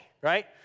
right